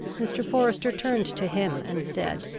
mr. forester turned to him, and said.